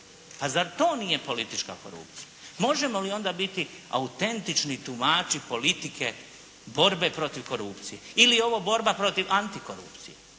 Pa zar to nije politička korupcija? Možemo li onda biti autentični tumači politike borbe protiv korupcije ili je ovo borba protiv antikorupcije?